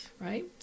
right